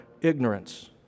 ignorance